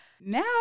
Now